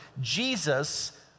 Jesus